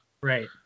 Right